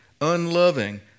unloving